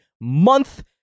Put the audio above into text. month